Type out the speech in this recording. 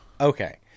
Okay